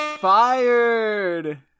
fired